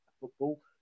football